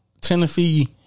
Tennessee